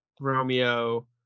Romeo